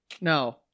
No